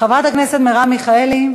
חברת הכנסת מרב מיכאלי,